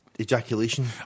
ejaculation